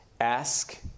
ask